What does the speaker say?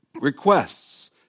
requests